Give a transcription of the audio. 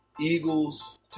eagles